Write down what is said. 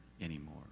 anymore